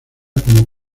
como